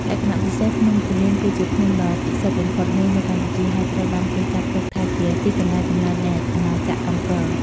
លក្ខណៈពិសេស ភ្នំគូលែនគឺជាភ្នំដ៏ពិសិដ្ឋបំផុតមួយនៅកម្ពុជា ហើយត្រូវបានគេចាត់ទុកថាជា ទីកន្លែងកំណើតនៃអាណាចក្រអង្គរ។